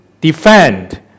defend